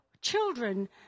children